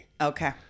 Okay